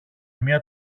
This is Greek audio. μια